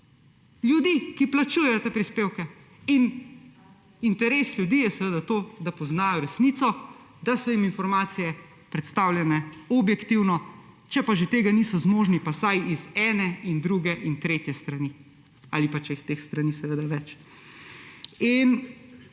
ljudi, ki plačujejo te prispevke. Interes ljudi je seveda to, da poznajo resnico, da so jim informacije predstavljene objektivno. Če pa že tega niso zmožni, pa vsaj z ene in druge ter tretje strani, ali pa če je teh strani več.